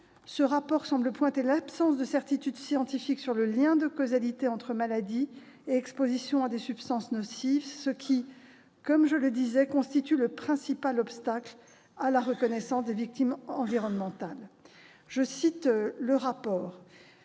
ce rapport semble pointer l'absence de certitudes scientifiques sur le lien de causalité entre maladie et exposition à des substances nocives, ce qui, comme je le disais, constitue le principal obstacle à la reconnaissance des victimes environnementales. Le rapport